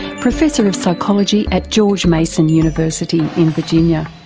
professor of psychology at george mason university in virginia.